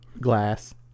Glass